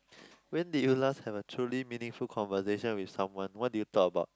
when did you last have a truly meaningful conversation with someone what did you talk about